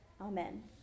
Amen